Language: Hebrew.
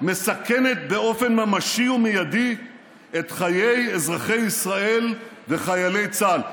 מסכנת באופן ממשי ומיידי את חיי אזרחי ישראל וחיילי צה"ל".